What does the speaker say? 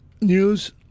news